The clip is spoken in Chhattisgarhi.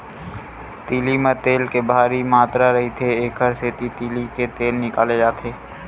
तिली म तेल के भारी मातरा रहिथे, एकर सेती तिली ले तेल निकाले जाथे